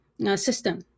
system